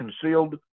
concealed